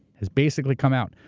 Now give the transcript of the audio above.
has basically come out.